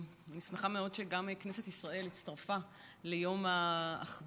אני שמחה מאוד שגם כנסת ישראל הצטרפה ליום האחדות.